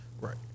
Right